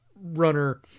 runner